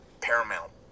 Paramount